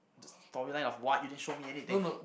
the storyline of what you didn't show me anything